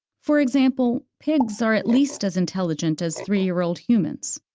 for example, pigs are at least as intelligent as three-year-old humans.